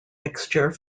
mixture